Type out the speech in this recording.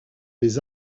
des